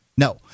No